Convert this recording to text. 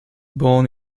born